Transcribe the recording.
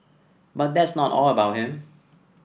but that's not all about him